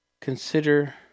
consider